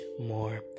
more